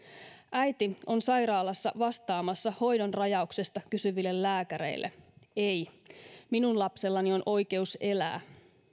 äiti on sairaalassa vastaamassa hoidon rajauksesta kysyville lääkäreille ei minun lapsellani on oikeus elää